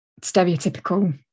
stereotypical